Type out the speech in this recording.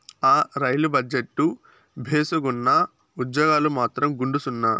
ఆ, రైలు బజెట్టు భేసుగ్గున్నా, ఉజ్జోగాలు మాత్రం గుండుసున్నా